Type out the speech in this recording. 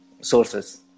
sources